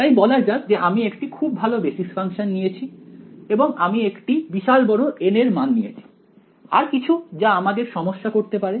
তাই বলা যাক যে আমি একটি খুব ভাল বেসিস ফাংশন নিয়েছি এবং আমি একটি বিশাল বড় N এর মান নিয়েছি আর কিছু যা আমাদের সমস্যা করতে পারে